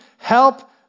Help